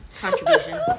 contribution